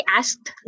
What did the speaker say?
asked